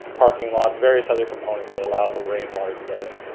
parking lots, various other components that allow the rainwater to get in.